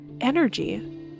energy